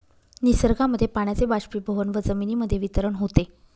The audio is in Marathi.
निसर्गामध्ये पाण्याचे बाष्पीभवन व जमिनीमध्ये वितरण होते